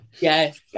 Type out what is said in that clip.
Yes